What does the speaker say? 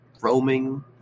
roaming